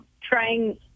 trying